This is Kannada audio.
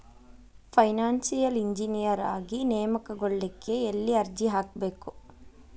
ಫೈನಾನ್ಸಿಯಲ್ ಇಂಜಿನಿಯರ ಆಗಿ ನೇಮಕಗೊಳ್ಳಿಕ್ಕೆ ಯೆಲ್ಲಿ ಅರ್ಜಿಹಾಕ್ಬೇಕು?